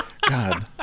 God